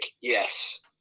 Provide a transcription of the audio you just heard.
yes